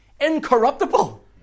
incorruptible